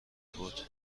بود